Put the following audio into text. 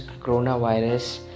coronavirus